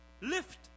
lift